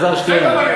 אלעזר שטרן,